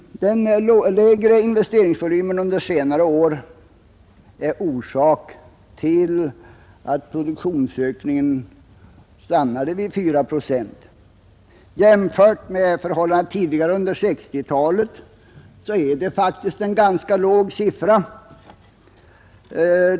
Den mindre investeringsvolymen under senare år är orsak till att produktionsökningen stannade vid 4 procent. Jämfört med ökningen tidigare under 1960-talet är detta faktiskt en ganska låg siffra.